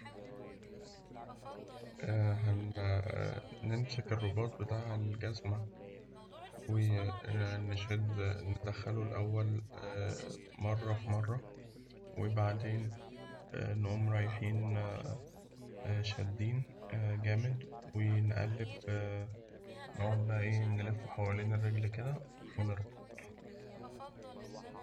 نمسك الرباط بتاع الجزمة ونشد الأول ندخل مرة في مرة، وبعدين نقوم رايحين شادين جامد ونقلب، نقعد بقى إيه نلف حوالين الرجل كده، ونربط.